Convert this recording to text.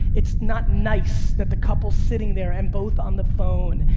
it's not nice that the couple's sitting there and both on the phone,